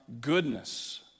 goodness